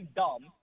dumb